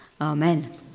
Amen